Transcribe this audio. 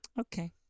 Okay